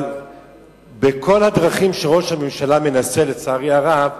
אבל בכל הדרכים שראש הממשלה מנסה, לצערי הרב,